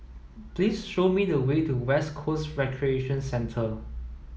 please show me the way to West Coast Recreation Centre